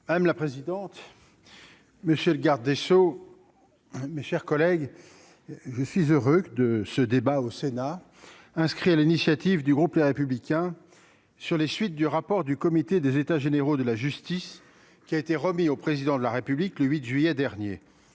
Madame la présidente. Monsieur le garde des sceaux, mes chers collègues, je suis heureux que de ce débat au Sénat inscrit à l'initiative du groupe Les Républicains sur les suites du rapport du comité des états généraux de la justice qui a été remis au président de la République le 8 juillet dernier